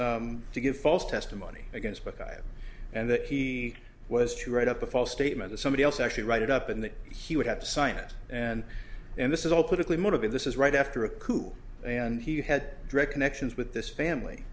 was to give false testimony against but i and that he was to write up a false statement or somebody else actually write it up and that he would have to sign it and then this is all politically motivated this is right after a coup and he had direct connections with this family